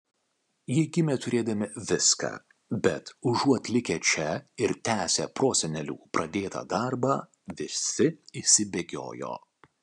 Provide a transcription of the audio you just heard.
jie gimė turėdami viską bet užuot likę čia ir tęsę prosenelių pradėtą darbą visi išsibėgiojo